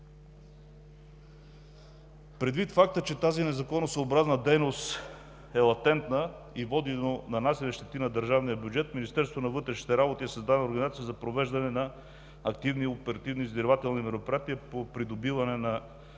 Предвид факта, че тази незаконосъобразна дейност е латентна и води до нанасяне щети на държавния бюджет в Министерството на вътрешните работи е създадена организация за провеждане на активни оперативно-издирвателни мероприятия по придобиване на